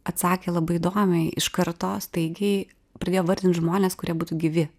atsakė labai įdomiai iš karto staigiai pradėjo vardint žmones kurie būtų gyvi